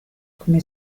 come